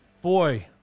Boy